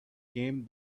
came